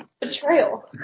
Betrayal